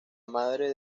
madre